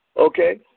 okay